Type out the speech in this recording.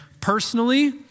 Personally